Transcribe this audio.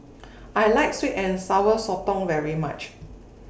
I like Sweet and Sour Sotong very much